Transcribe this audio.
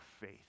faith